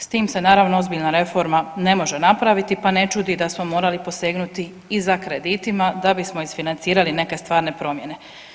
S tim se naravno ozbiljna reforma ne može napraviti, pa ne čudi da smo morali posegnuti i za kreditima da bismo isfinancirali neke stvarne promjene.